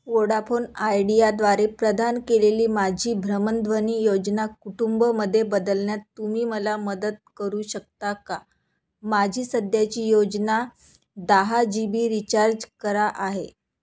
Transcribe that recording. Vodafone आयडियाद्वारे प्रदान केलेली माझी भ्रमणध्वनी योजना कुटुंबमध्ये बदलण्यात तुम्ही मला मदत करू शकता का माझी सध्याची योजना दहा जी बी रिचार्ज करा आहे